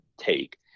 take